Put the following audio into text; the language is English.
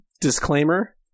disclaimer